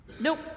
Nope